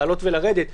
לעלות ולרדת.